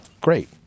great